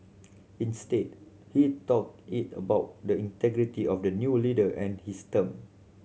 instead he talk is about the integrity of the new leader and his term